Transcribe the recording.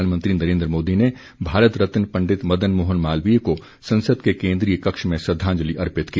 प्रधानमंत्री नरेन्द्र मोदी ने भारत रत्न पंडित मदन मोहन मालवीय को संसद के केन्द्रीय कक्ष में श्रद्धाजंलि अर्पित की